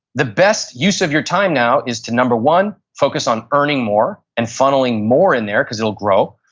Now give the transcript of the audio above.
the best use of your time now is to, number one, focus on earning more and funneling more in there because it'll grow.